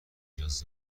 نیاز